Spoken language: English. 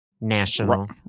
national